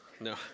no